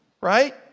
right